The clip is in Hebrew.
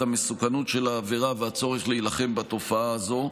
המסוכנות של העבירה והצורך להילחם בתופעה הזו.